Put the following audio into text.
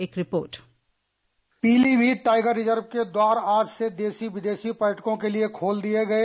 एक report Pilibhit tiger reserve के द्वार आज से देशी विदेशी पर्यटकों के लिए खोल दिये गए